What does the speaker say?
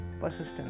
persistence